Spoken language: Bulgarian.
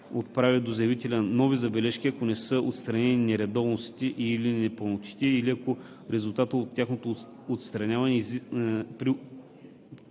отправи до заявителя нови забележки, ако не са отстранени нередовностите и/или непълнотите или ако в резултат на тяхното отстраняване